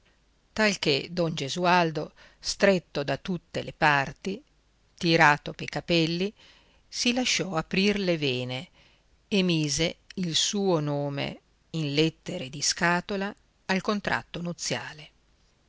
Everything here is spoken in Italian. talchè don gesualdo stretto da tutte le parti tirato pei capelli si lasciò aprir le vene e mise il suo nome in lettere di scatola al contratto nuziale